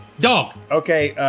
dog! okay,